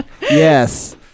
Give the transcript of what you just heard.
yes